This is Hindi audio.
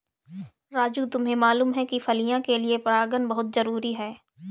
राजू तुम्हें मालूम है फलियां के लिए परागन बहुत जरूरी है